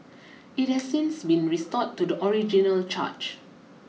it has since been restored to the original charge